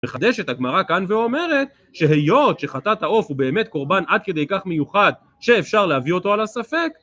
מחדשת הגמרא כאן ואומרת שהיות שחטאת העוף הוא באמת קרבן עד כדי כך מיוחד שאפשר להביא אותו על הספק